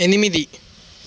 ఎనిమిది